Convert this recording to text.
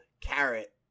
carrot